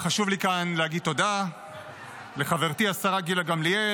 חשוב לי כאן להגיד תודה לחברתי השרה גילה גמליאל,